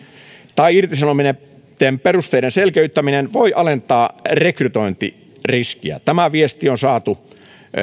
tai irtisanomisen perusteiden selkeyttäminen voi alentaa rekrytointiriskiä tämä viesti on saatu